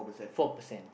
four percent